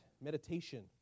Meditation